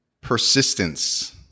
persistence